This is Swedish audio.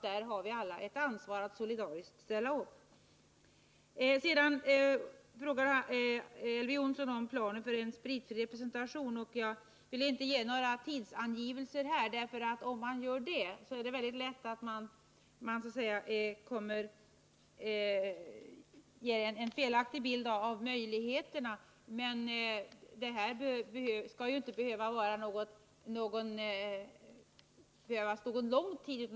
Där har vi alla ett ansvar att solidariskt ställa upp. Sedan frågade Elver Jonsson om planen för en alkoholfri representation. Jag vill inte här ge några tidsangivelser. Om man gör det är det väldigt lätt att man ger en felaktig bild av möjligheterna. Det skall emellertid inte behöva ta lång tid.